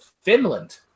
Finland